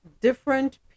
different